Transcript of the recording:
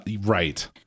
Right